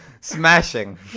Smashing